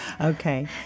Okay